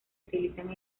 utilizan